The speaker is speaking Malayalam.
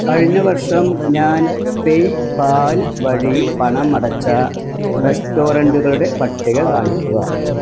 കഴിഞ്ഞ വർഷം ഞാൻ പേപാൽ വഴി പണം അടച്ച റെസ്റ്റോറൻറുകളുടെ പട്ടിക കാണിക്കുക